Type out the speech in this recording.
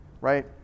right